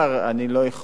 ואני לא חושב שזה נכון,